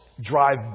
drive